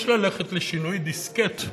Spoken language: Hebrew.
יש ללכת לשינוי דיסקט,